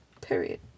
Period